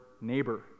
neighbor